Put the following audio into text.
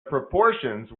proportions